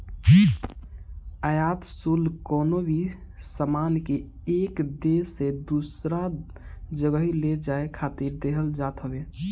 आयात शुल्क कवनो भी सामान के एक देस से दूसरा जगही ले जाए खातिर देहल जात हवे